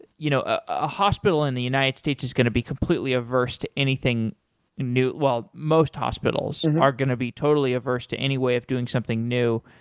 you know a hospital in the united states is going to be completely averse to anything new most hospitals are going to be totally averse to any way of doing something new.